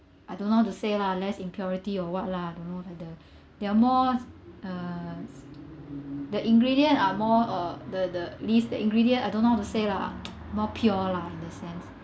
I don't know how to say lah less impurity or what lah don't know whether they are more uh the ingredients are more uh the the least the ingredients I don't know how to say ah more pure lah